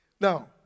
Now